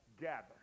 gather